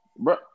Bro